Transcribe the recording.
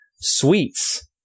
sweets